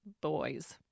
boys